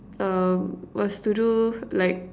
um was to do like